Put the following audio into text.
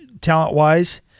talent-wise